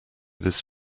this